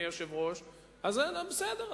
בסדר,